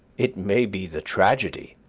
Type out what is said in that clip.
it may be the tragedy,